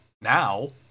Now